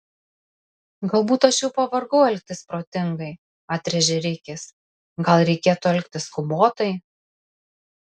galbūt aš jau pavargau elgtis protingai atrėžė rikis gal reikėtų elgtis skubotai